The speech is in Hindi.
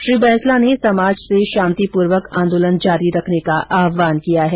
श्री बैंसला ने समाज से शांतिपूर्वक आंदोलन जारी रखने का आहवान किया है